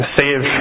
save